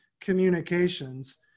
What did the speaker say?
communications